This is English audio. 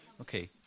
Okay